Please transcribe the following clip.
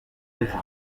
ejo